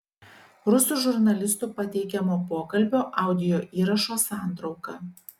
rusų žurnalistų pateikiamo pokalbio audio įrašo santrauka